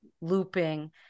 looping